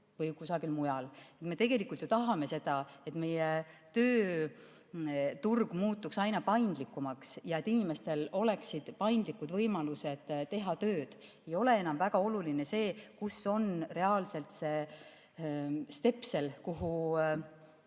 Me tegelikult tahame, et meie tööturg muutuks aina paindlikumaks ja et inimestel oleksid paindlikud võimalused tööd teha. Ei ole enam väga oluline, kus reaalselt on stepsel, mille